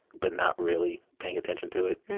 but not really paying attention to it.